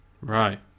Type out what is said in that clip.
right